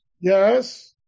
Yes